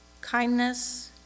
kindness